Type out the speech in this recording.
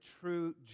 true